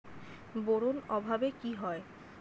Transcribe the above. Boron অভাবে কি হয়?